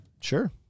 Sure